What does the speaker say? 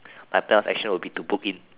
my plan of action would be to book in